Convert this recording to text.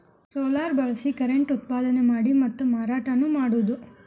solar ಬಳಸಿ current ಉತ್ಪಾದನೆ ಮಾಡಿ ಮಾತಾ ಮಾರಾಟಾನು ಮಾಡುದು